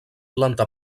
planta